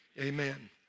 Amen